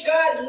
God